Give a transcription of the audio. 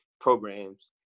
programs